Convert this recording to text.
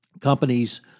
companies